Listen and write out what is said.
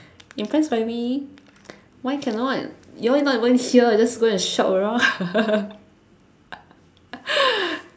impressed by me why cannot you all not even here just go and shop around ah